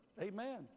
Amen